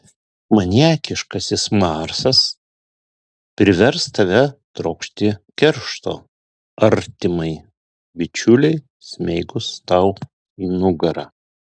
maniakiškasis marsas privers tave trokšti keršto artimai bičiulei smeigus tau į nugarą